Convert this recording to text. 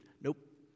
Nope